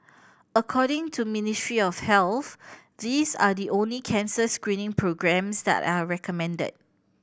according to Ministry of Health these are the only cancer screening programmes that are recommended